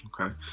Okay